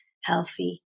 healthy